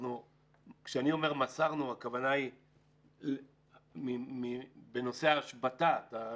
כשאני אומר מסרנו, הכוונה היא בנושא ההשבתה.